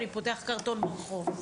אני פותח קרטון ברחוב".